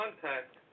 contact